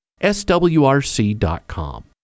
swrc.com